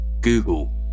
Google